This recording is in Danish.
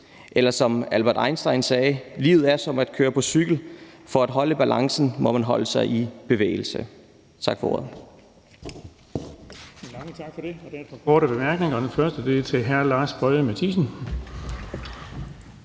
eller som Albert Einstein sagde det: Livet er som at køre på cykel, for at holde balancen må man holde sig i bevægelse. Tak for ordet.